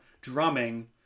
drumming